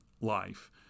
life